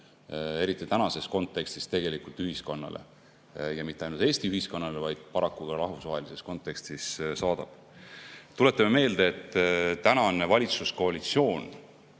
eriti tänases kontekstis tegelikult ühiskonnale ja mitte ainult Eesti ühiskonnale, vaid paraku ka rahvusvahelises kontekstis saadab. Tuletame meelde, et tänane valitsuskoalitsioon